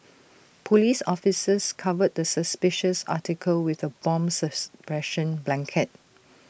Police officers covered the suspicious article with A bomb suppression blanket